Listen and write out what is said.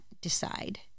decide